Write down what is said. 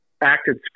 acted